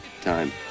time